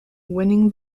winning